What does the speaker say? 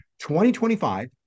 2025